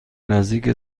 نزدیک